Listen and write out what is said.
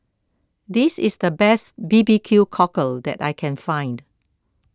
this is the best B B Q Cockle that I can find